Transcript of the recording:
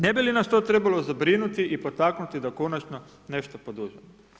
Ne bi li n as to trebalo zabrinuti i potaknuti da konačno nešto poduzmemo?